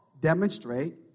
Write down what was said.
demonstrate